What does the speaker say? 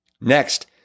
Next